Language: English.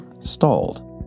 stalled